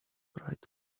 bright